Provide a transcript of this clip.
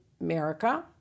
America